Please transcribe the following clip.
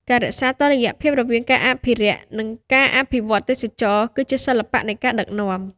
ការរក្សាតុល្យភាពរវាងការអភិរក្ស និងការអភិវឌ្ឍទេសចរណ៍ គឺជាសិល្បៈនៃការដឹកនាំ។